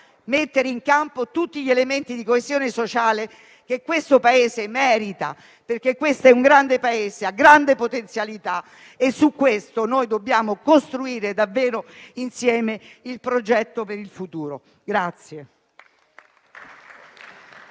mettere in campo tutti gli elementi di coesione sociale che il Paese merita. Il nostro è un grande Paese, ha grandi potenzialità e su questo dobbiamo costruire insieme il progetto per il futuro.